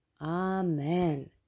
Amen